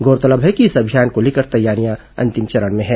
गौरतलब है कि इस अभियान को लेकर तैयारियां अंतिम चरण में है